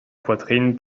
poitrine